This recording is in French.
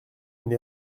une